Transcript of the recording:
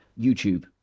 youtube